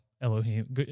Elohim